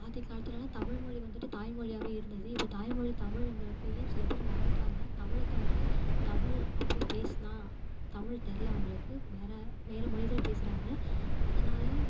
ஆதிகாலத்துலெலாம் தமிழ்மொழி வந்துட்டு தாய் மொழியாவே இருந்தது இப்போ தாய் மொழி தமிழுங்கிறதையும் சில பேர் மறந்துட்டாங்க தமிழை தவிர தமிழ் அப்படியே பேசுனா தமிழ் தெர்யல அவங்களுக்கு வேறே வேறே மொழிகள் பேசுறாங்க அதனால்